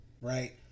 right